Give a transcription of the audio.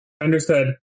Understood